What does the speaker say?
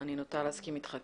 אני נוטה להסכים איתך.